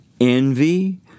envy